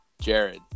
Jared